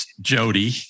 Jody